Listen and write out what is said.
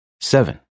Seven